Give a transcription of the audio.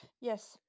yes